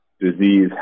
disease